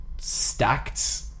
stacked